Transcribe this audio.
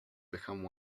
become